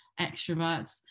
extroverts